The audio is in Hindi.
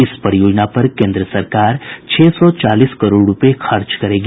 इस परियोजना पर केन्द्र सरकार छह सौ चालीस करोड़ रूपये खर्च करेगी